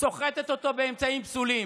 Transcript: סוחטת אותו באמצעים פסולים.